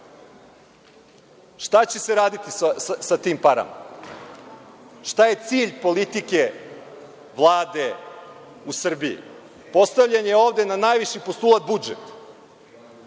Šta će se raditi sa tim parama? Šta je cilj politike Vlade u Srbiji? Postavljen je ovde na najviši postulat budžet.